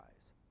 eyes